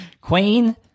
Queen